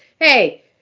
hey